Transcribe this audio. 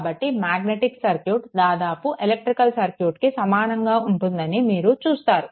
కాబట్టి magnetic circuit దాదాపు electrical సర్క్యూట్కు సమానంగా ఉంటుందని మీరు చూస్తారు